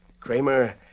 Kramer